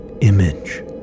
image